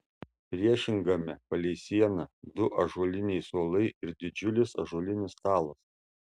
priešingame palei sieną du ąžuoliniai suolai ir didžiulis ąžuolinis stalas